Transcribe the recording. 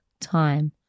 time